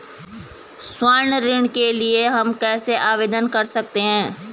स्वर्ण ऋण के लिए हम कैसे आवेदन कर सकते हैं?